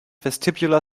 vestibular